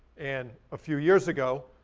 and a few years ago,